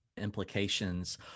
implications